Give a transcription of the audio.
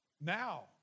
Now